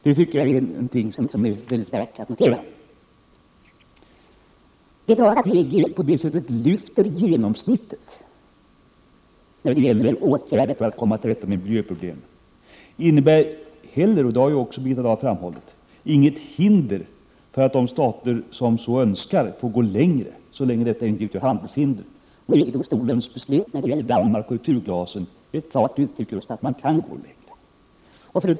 Jag tycker att detta är värt att notera. Det förhållandet att EG på så sätt lyfter genomsnittet när det gäller åtgärder för att komma till rätta med miljöproblemen innebär inte heller — vilket också Birgitta Dahl har framhållit — något hinder för att de stater som så önskar går ännu längre, såvitt detta inte leder till handelshinder. EG-domstolens beslut beträffande Danmark och returglasen är ett klart uttryck för just detta att man kan gå längre.